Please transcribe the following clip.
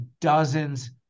dozens